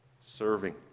Serving